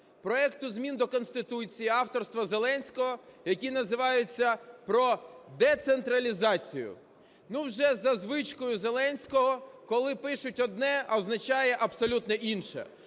проекту змін до Конституції авторства Зеленського, який називається "Про децентралізацію". Ну, вже за звичкою Зеленського, коли пишуть одне, а означає абсолютно інше.